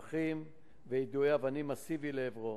פחים ויידוי אבנים מסיבי לעברו.